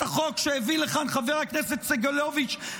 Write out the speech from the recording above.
החוק שהביא לכאן חבר הכנסת סגלוביץ',